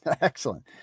excellent